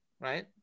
Right